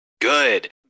good